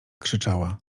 krzyczaia